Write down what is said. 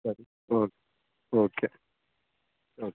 ಸರಿ okay okay oak